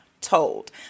told